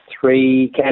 three